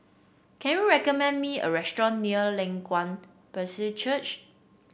can you recommend me a restaurant near Leng Kwang Baptist Church